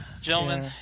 gentlemen